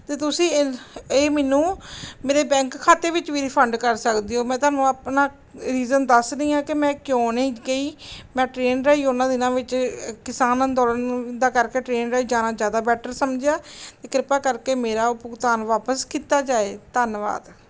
ਅਤੇ ਤੁਸੀਂ ਇ ਇਹ ਮੈਨੂੰ ਮੇਰੇ ਬੈਂਕ ਖਾਤੇ ਵਿੱਚ ਵੀ ਰਿਫੰਡ ਕਰ ਸਕਦੇ ਹੋ ਮੈਂ ਤੁਹਾਨੂੰ ਆਪਣਾ ਰੀਜ਼ਨ ਦੱਸ ਰਹੀ ਹਾਂ ਕਿ ਮੈਂ ਕਿਉਂ ਨਹੀਂ ਗਈ ਮੈਂ ਟ੍ਰੇਨ ਰਾਹੀਂ ਉਹਨਾਂ ਦਿਨਾਂ ਵਿੱਚ ਕਿਸਾਨ ਅੰਦੋਲਨ ਦਾ ਕਰਕੇ ਟ੍ਰੇਨ ਰਾਹੀਂ ਜਾਣਾ ਜ਼ਿਆਦਾ ਬੈਟਰ ਸਮਝਿਆ ਤਾਂ ਕਿਰਪਾ ਕਰਕੇ ਮੇਰਾ ਉਹ ਭੁਗਤਾਨ ਵਾਪਸ ਕੀਤਾ ਜਾਏ ਧੰਨਵਾਦ